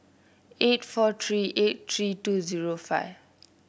eight four three eight three two zero five